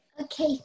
Okay